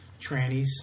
trannies